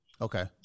Okay